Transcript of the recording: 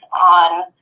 on